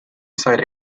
side